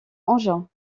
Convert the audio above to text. engin